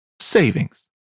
savings